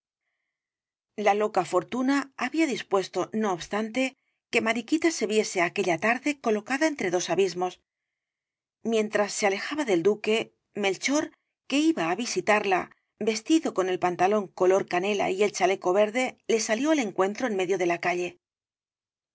la loca fortuna había dispuesto no obstante que mariquita se viese aquella tarde colocada entre dos abismos mientras se alejaba del duque melchor que iba á visitarla vestido con el pantalón color canela y el chaleco verde le salió al encuentro en medio de la calle la